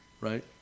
Right